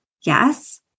Yes